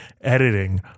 editing